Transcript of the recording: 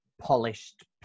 polished